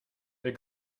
der